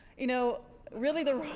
you know really the